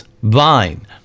Vine